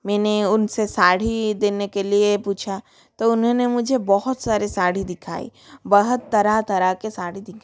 मैंने उनसे साड़ी देने के लिए पूछा तो उन्होंने मुझे बहुत सारे साड़ी दिखाई बहुत तरह तरह के साड़ी दिखाई